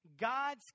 God's